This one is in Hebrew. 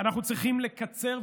אנחנו צריכים לקצר.